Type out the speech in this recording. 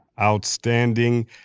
Outstanding